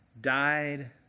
died